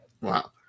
Wow